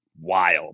wild